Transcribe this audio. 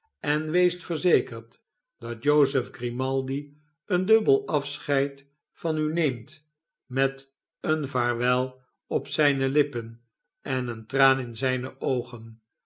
en weest verzekerd dat jozef grimaldi een dubbel afscheid van u neemt met een vaarwel op zijne lippen en een traan in zijne oogen